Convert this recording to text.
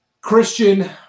Christian